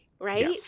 right